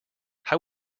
how